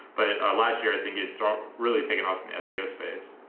but last year, i think it's so really taken off in the seo space.